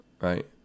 Right